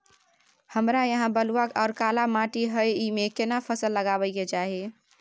हमरा यहाँ बलूआ आर काला माटी हय ईमे केना फसल लगबै के चाही?